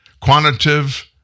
Quantitative